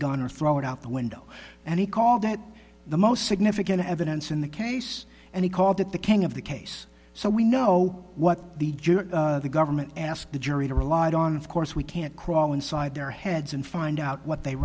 gun or throw it out the window and he called that the most significant evidence in the case and he called it the king of the case so we know what the government asked the jury to rely on of course we can't crawl inside their heads and find out what they